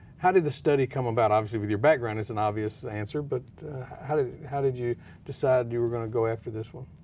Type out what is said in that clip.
how did the study come about? with your background it's an obvious answer but how did how did you decide you were going to go after this one?